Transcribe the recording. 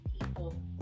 people